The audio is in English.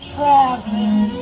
Traveling